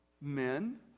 men